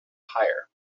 higher